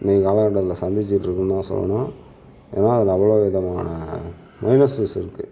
இன்றைக்கு காலகட்டத்தில் சந்திச்சிட்டு இருக்குனு தான் சொல்லுணும் ஏன்னா அதில் அவ்வளோ விதமான மைனஸ்ஸுசு இருக்குது